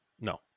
No